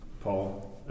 Paul